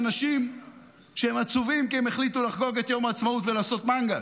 ולאנשים שהם עצובים כי הם החליטו לחגוג את יום העצמאות ולעשות מנגל.